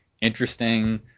interesting